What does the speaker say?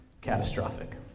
catastrophic